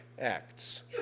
acts